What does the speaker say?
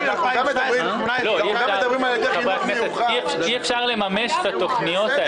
אי אפשר לממש את התוכניות האלה.